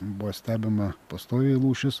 buvo stebima pastoviai lūšis